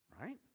Right